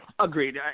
Agreed